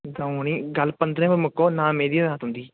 दऊं नी गल्ल पंदरें पर मुक्को ना मेरी ते ना तुंदी